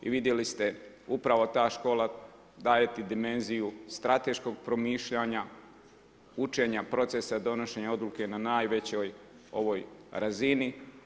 I vidjeli ste upravo ta škola daje ti dimenziju strateškog promišljanja, učenja procesa donošenja odluke na najvećoj razini.